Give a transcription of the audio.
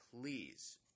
Please